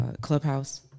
Clubhouse